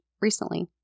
recently